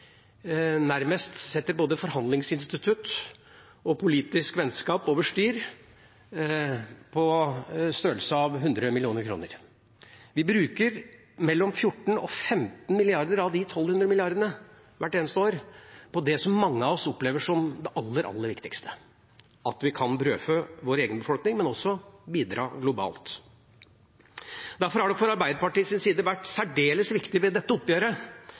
nærmest setter både forhandlingsinstitutt og politisk vennskap over styr over en størrelse på 100 mill. kr. Vi bruker mellom 14 mrd. kr og 15 mrd. kr av 1 200 mrd. kr hvert eneste år på det som mange av oss opplever som det aller, aller viktigste: at vi kan brødfø vår egen befolkning, men også bidra globalt. Derfor har det fra Arbeiderpartiets side vært særdeles viktig ved dette oppgjøret